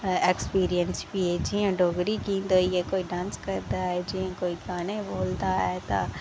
ते एक्सपीरियंस बी जि'यां डोगरी गी लेइयै कोई डांस करदा ऐ जि'यां कोई गाने गुआंदा ऐ